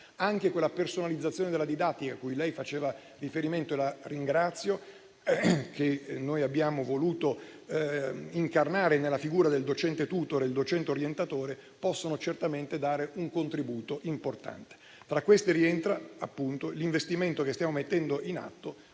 Anche la personalizzazione della didattica a cui lei faceva riferimento - cosa di cui la ringrazio - che abbiamo voluto incarnare nella figura del docente *tutor* e del docente orientatore può certamente dare un contributo importante. Tra queste rientra, appunto, l'investimento che stiamo mettendo in atto